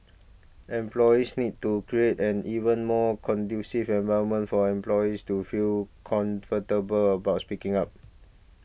employees need to create an even more conducive environment for employees to feel comfortable about speaking up